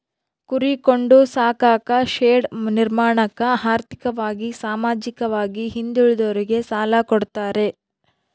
ಕುರಿ ಕೊಂಡು ಸಾಕಾಕ ಶೆಡ್ ನಿರ್ಮಾಣಕ ಆರ್ಥಿಕವಾಗಿ ಸಾಮಾಜಿಕವಾಗಿ ಹಿಂದುಳಿದೋರಿಗೆ ಸಾಲ ಕೊಡ್ತಾರೆ